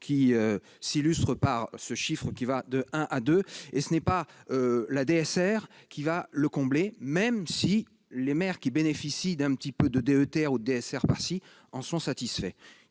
qui s'illustre par ce chiffre qui va de 1 à 2. Ce n'est pas la DSR qui le comblera, même si les maires qui bénéficient d'un peu de DETR ou DSR en sont satisfaits.